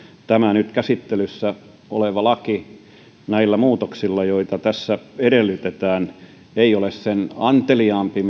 tämä nyt käsittelyssä oleva laki näillä muutoksilla joita tässä edellytetään ei ole sen anteliaampi